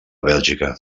bèlgica